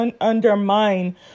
undermine